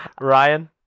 Ryan